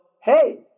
hey